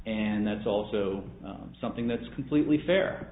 and that's also something that's completely fair